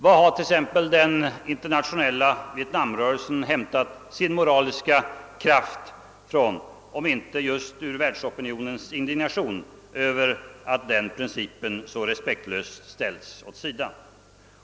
Var har t.ex. den internationella vietnamrörelsen hämtat sin moraliska kraft, om inte ur världsopinionens indignation över att denna princip så respektlöst ställts åt sidan?